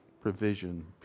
provision